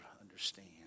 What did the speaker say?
understand